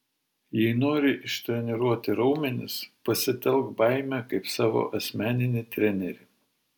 jei nori ištreniruoti raumenis pasitelk baimę kaip savo asmeninį trenerį